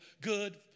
good